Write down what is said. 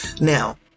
Now